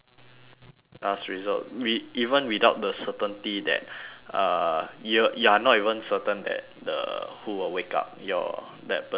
last resort wi~ even without the certainty that uh you you're not even certain that the who will wake up your that person will wake up